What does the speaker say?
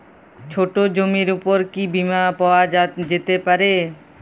ছোট জমির উপর কি বীমা পাওয়া যেতে পারে?